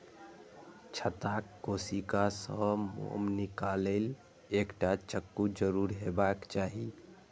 छत्ताक कोशिका सं मोम निकालै लेल एकटा चक्कू जरूर हेबाक चाही